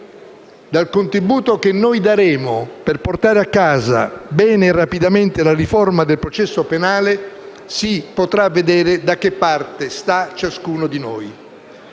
dal contributo che noi daremo per portare a casa, bene e rapidamente, la riforma del processo penale si potrà vedere da che parte sta ciascuno di noi.